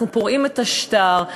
אנחנו פורעים את השטר,